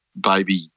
baby